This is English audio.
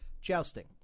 jousting